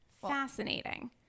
fascinating